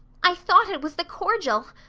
i thought it was the cordial.